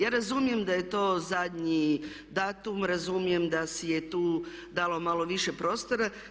Ja razumijem da je to zadnji datum, razumijem da si je tu dalo malo više prostora.